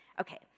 Okay